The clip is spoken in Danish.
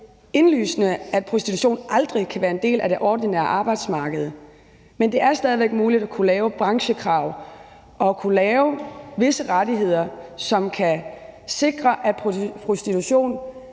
indlysende, at prostitution aldrig kan være en del af det ordinære arbejdsmarked, men det er stadig væk muligt at stille branchekrav og give visse rettigheder, som kan sikre, at prostitution